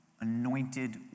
anointed